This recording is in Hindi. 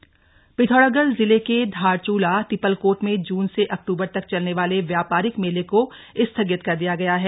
धारचला मेला पिथौरागढ़ जिले के धारचुला तिपलकोट में जुन से अकट्बर तक चलने वाले व्यापारिक मेले को स्थगित कर दिया गया है